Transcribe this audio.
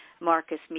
Marcus